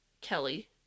Kelly